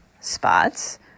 spots